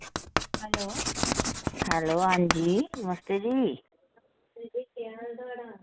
hello hello हां जी नमस्ते जी